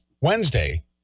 Wednesday